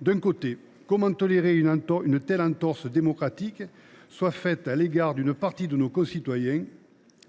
D’un côté, comment tolérer une telle entorse démocratique à l’égard d’une partie de nos concitoyens